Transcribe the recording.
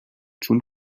چون